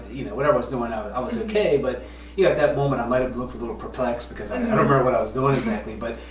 you know whatever i was doing ah i was okay. but you know, at that moment, i might have looked a little perplexed because i don't remember what i was doing exactly. but